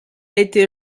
été